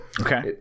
Okay